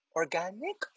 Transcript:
organic